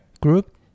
group